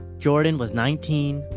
jordan was nineteen,